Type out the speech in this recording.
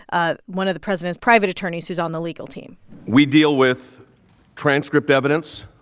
ah one of the president's private attorneys who's on the legal team we deal with transcript evidence.